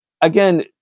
again